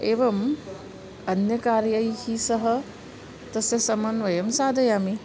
एवम् अन्यकार्यैः सह तस्य समन्वयं साधयामि